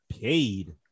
paid